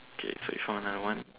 K so you found another one